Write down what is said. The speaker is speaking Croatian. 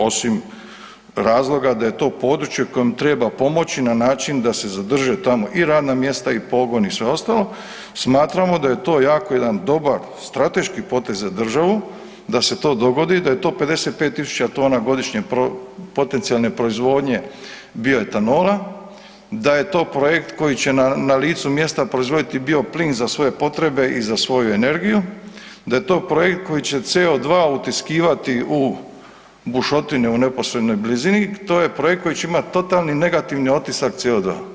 Osim razloga da je to područje kojem treba pomoći na način da se zadrže tamo i radna mjesta i pogoni i sve ostalo, smatramo da je to jako jedan dobar strateški potez za državu da se to dogodi, da je to 55 000 tona godišnje potencijalne proizvodnje bioetanola, da je to projekt koji će na licu mjesta proizvoditi bio plin za svoje potrebe i za svoju energiju, da je to projekt koji će CO2 utiskivati u bušotine u neposrednoj blizini, to je projekt koji će imati totalni negativni otisak CO2.